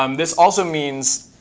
um this also means